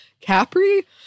Capri